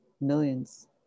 millions